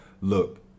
look